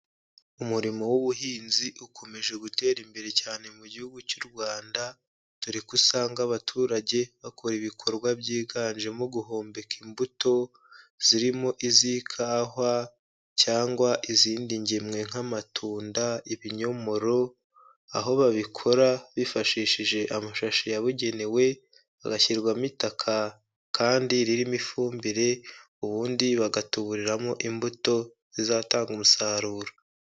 Umurimo w'ubuhinzi ukomeje gutera imbere cyane mu gihugu cy'u Rwanda dore ko usanga abaturage bakora ibikorwa byiganjemo guhombeka imbuto zirimo iz'ikawa cyangwa izindi ngemwe nk'amatunda ibinyomoro, aho babikora bifashishije amashashi yabugenewe hagashyirwamo itaka kandi ririmo ifumbire ubundi bagatuburiramo imbuto zizatanga umusaruro.